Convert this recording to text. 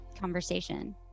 conversation